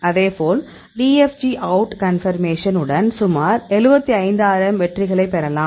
அதேபோல் DFG out confirmation உடன் சுமார் 75000 வெற்றிகளைப் பெறலாம்